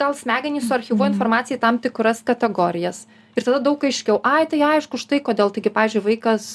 gal smegenys suarchyvuoja informaciją į tam tikras kategorijas ir tada daug aiškiau ai tai aišku štai kodėl taigi pavyzdžiui vaikas